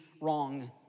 wrong